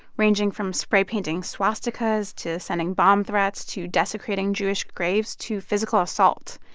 ranging from spray painting swastikas to sending bomb threats to desecrating jewish graves to physical assault.